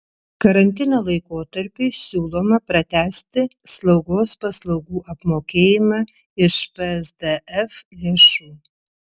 karantino laikotarpiui siūloma pratęsti slaugos paslaugų apmokėjimą iš psdf lėšų